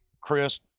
Chris